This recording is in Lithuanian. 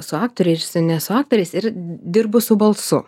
su aktoriais ne su aktoriais ir dirbu su balsu